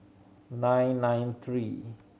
nine nine three